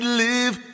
live